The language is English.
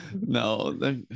No